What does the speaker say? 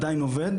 עדיין עובד